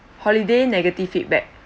holiday negative feedback